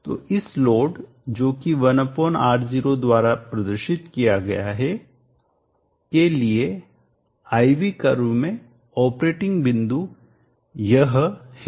तो इस लोड जोकि 1 R0 द्वारा प्रदर्शित किया गया है के लिए I V कर्व में ऑपरेटिंग बिंदु यह है